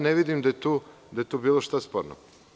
Ne vidim da je tu bilo šta sporno.